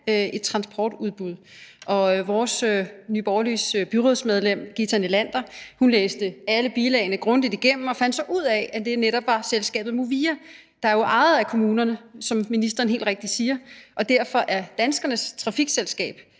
et transportudbud. Og Nye Borgerliges byrådsmedlem, Githa Nelander, læste alle bilagene grundigt igennem og fandt så ud af, at netop selskabet Movia, der jo er ejet af kommunerne – som ministeren helt rigtigt siger – og derfor er danskernes trafikselskab,